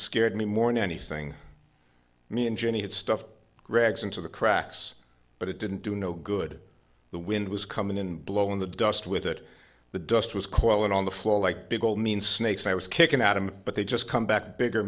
scared me more and anything me and jenny had stuffed rags into the cracks but it didn't do no good the wind was coming and blow in the dust with it the dust was calling on the floor like big old mean snakes i was kicking at him but they just come back bigger